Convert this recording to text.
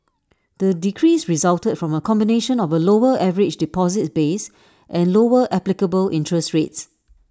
the decrease resulted from A combination of A lower average deposits base and lower applicable interest rates